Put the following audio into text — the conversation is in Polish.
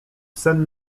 sen